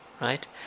right